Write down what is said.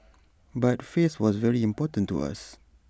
but face was very important to us